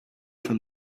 from